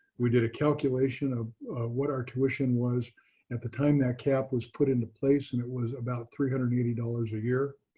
we did a calculation of what our tuition was at the time that cap was put into place, and it was about three hundred and eighty dollars a year.